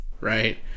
right